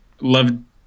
love –